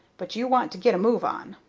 but you want to get a move on.